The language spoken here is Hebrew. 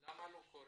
אז למה זה לא קורה?